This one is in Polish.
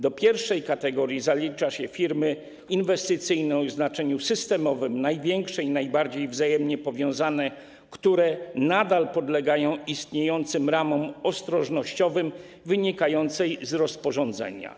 Do pierwszej kategorii zalicza się firmy inwestycyjne w znaczeniu systemowym, największe i najbardziej wzajemnie powiązane, które nadal podlegają istniejącym ramom ostrożnościowym wynikającym z rozporządzenia.